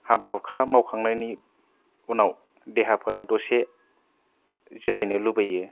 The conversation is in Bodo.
हाबा हुखा मावखांनायनि उनाव देहाफोरा दसे जिरायनो लुगैयो